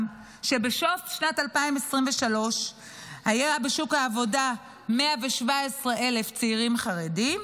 שבסוף שנת 2023 היו בשוק העבודה 117,000 צעירים חרדים,